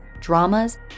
dramas